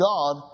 God